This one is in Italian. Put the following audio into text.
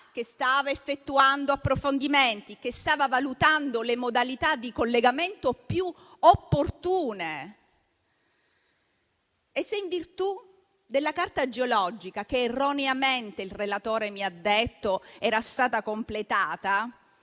effettuando gli approfondimenti e valutando le modalità di collegamento più opportune. Se in virtù della carta geologica, che erroneamente il relatore mi ha detto che era stata completata,